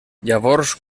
llavors